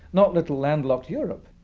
not little landlocked europe.